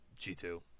G2